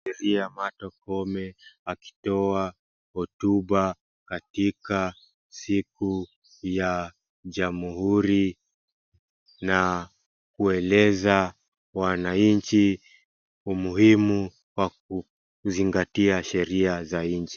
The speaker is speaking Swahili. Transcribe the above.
Angalia Martha Kome akitoa huduma katika siku ya Jamhuri na kueleza wananchi umuhimu wakuzingatia sheria za nchi.